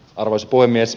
arvoisa puhemies